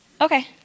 Okay